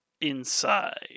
inside